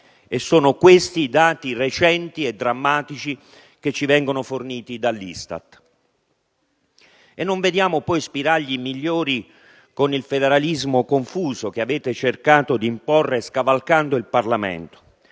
Sono questi i dati recenti e drammatici che ci vengono forniti dall'ISTAT. Non vediamo poi spiragli migliori con il federalismo confuso che avete cercato di imporre scavalcando il Parlamento.